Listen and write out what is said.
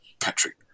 Patrick